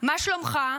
מה שלומך?